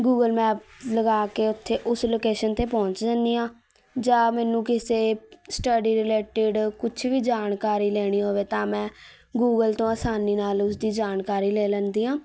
Google map ਲਗਾ ਕੇ ਉੱਥੇ ਉਸ ਲੋਕੇਸ਼ਨ 'ਤੇ ਪਹੁੰਚ ਜਾਂਦੀ ਹਾਂ ਜਾਂ ਮੈਨੂੰ ਕਿਸੇ ਸਟੱਡੀ ਰਿਲੇਟਿਡ ਕੁਛ ਵੀ ਜਾਣਕਾਰੀ ਲੈਣੀ ਹੋਵੇ ਤਾਂ ਮੈਂ ਗੂਗਲ ਤੋਂ ਆਸਾਨੀ ਨਾਲ ਉਸ ਦੀ ਜਾਣਕਾਰੀ ਲੈ ਲੈਂਦੀ ਹਾਂ